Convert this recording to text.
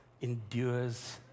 endures